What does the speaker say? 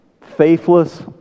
faithless